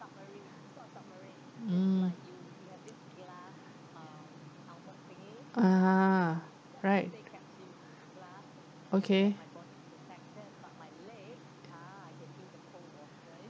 mm (uh huh) right okay